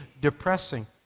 depressing